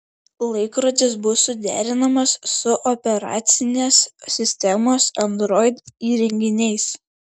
laikrodis bus suderinamas su operacinės sistemos android įrenginiais